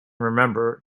remember